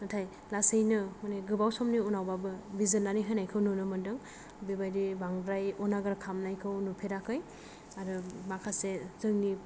नाथाय लासैनो माने गोबाव समनि उनावबाबो बिजिरनानै होनायखौ नुनो मोनदों बेबायदि बांद्राय अनागार खालामनायखौ नुफेराखै आरो माखासे जोंनि